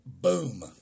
Boom